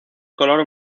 color